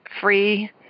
free